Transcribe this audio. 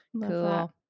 cool